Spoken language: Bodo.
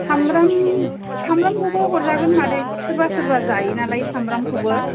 सामब्राम सामब्रामखौबो हरजागोन मादै सोरबा सोरबा जायो नालाय सामब्रामखौबो